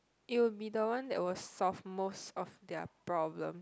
it will be the one that will solve most of their problems